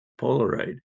Polaroid